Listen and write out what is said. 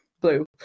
Blue